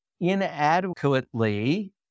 inadequately